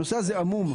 הנושא הזה עמום.